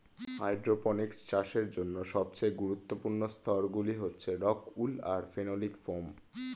hydroponics চাষের জন্য সবচেয়ে গুরুত্বপূর্ণ স্তরগুলি হচ্ছে রক্ উল আর ফেনোলিক ফোম